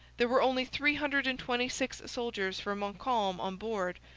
there were only three hundred and twenty six soldiers for montcalm on board,